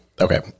okay